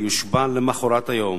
יושבע למחרת היום,